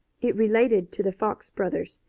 it related to the fox brothers,